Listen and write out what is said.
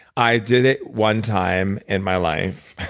i did it one time in my life.